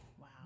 Wow